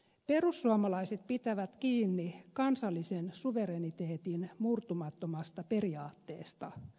perussuomalaiset pitävät kiinni kansallisen suvereniteetin murtumattomasta periaatteesta